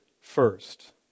first